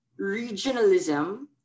regionalism